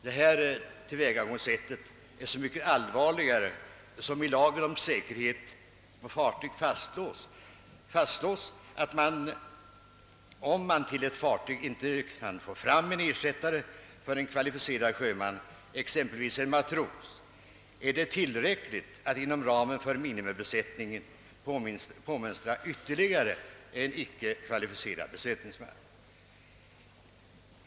Detta tillvägagångssätt är så mycket allvarligare som i lagen om säkerheten på fartyg fastslås att, om man till ett fartyg inte kan få fram en ersättare för en kvalificerad sjöman, exempelvis en matros, är det tillräckligt att inom ramen för minimibesättningen påmönstra ytterligare en icke kvalificerad besättningsman.